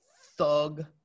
thug